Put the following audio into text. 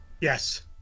Yes